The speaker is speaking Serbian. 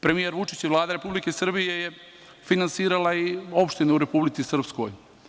Premijer Vučić i Vlada Republike Srbije je finansirala i opštinu u Republici Srpskoj.